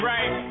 Right